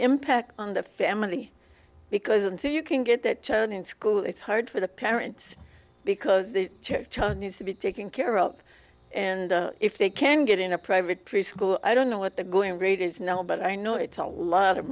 impact on the family because until you can get that turn in school it's hard for the parents because the child needs to be taken care of and if they can get in a private preschool i don't know what the going rate is now but i know it's a lot of